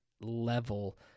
level